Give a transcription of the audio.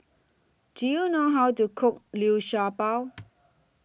Do YOU know How to Cook Liu Sha Bao